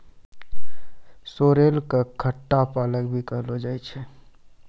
sorrel कॅ खट्टा पालक भी कहलो जाय छै